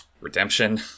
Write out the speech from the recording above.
Redemption